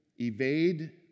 evade